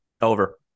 Over